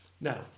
Now